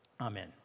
Amen